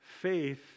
faith